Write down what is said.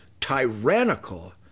tyrannical